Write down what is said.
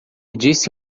disse